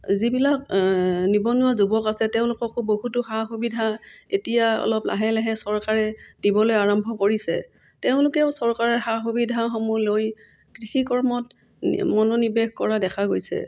যিবিলাক নিবনুৱা যুৱক আছে তেওঁলোককো বহুতো সা সুবিধা এতিয়া অলপ লাহে লাহে চৰকাৰে দিবলৈ আৰম্ভ কৰিছে তেওঁলোকেও চৰকাৰে সা সুবিধাসমূহ লৈ কৃষি কৰ্মত মনোনিৱেশ কৰা দেখা গৈছে